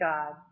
God